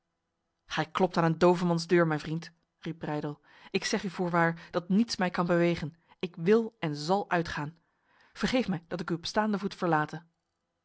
gij klopt aan een dovemans deur mijn vriend riep breydel ik zeg u voorwaar dat niets mij kan bewegen ik wil en zal uitgaan vergeef mij dat ik u op staande voet verlate